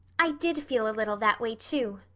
i did feel a little that way, too,